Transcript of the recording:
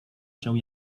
się